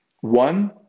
One